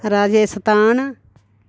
Rajasthan